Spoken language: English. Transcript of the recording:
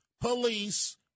police